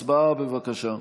הצבעה, בבקשה.